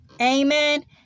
Amen